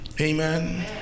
Amen